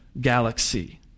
galaxy